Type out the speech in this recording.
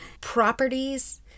properties